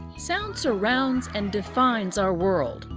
sounds surrounds and defines our world.